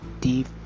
deep